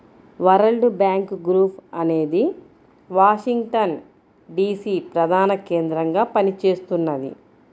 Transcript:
world Bank Group అనేది Washington DC ప్రధానకేంద్రంగా పనిచేస్తున్నది